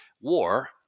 war